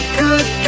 good